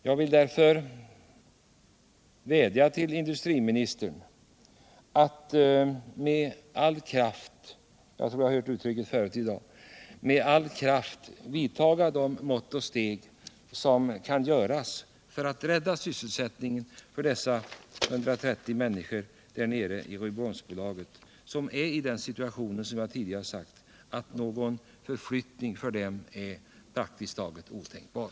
Jag vill därför vädja till industriministern att med all kraft jag tror vi har hört det uttrycket förut i dag — vidta de mått och steg som behövs för att rädda sysselsättningen för dessa 130 människor vid Rydboholmsbolaget som befinner sig i den situation jag tidigare nämnt, dvs. att någon förflyttning för dem är praktiskt taget otänkbar.